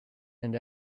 and